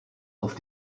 auf